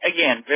Again